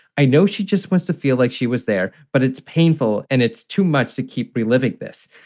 i know she just wants to feel like she was there, but it's painful and it's too much to keep reliving this.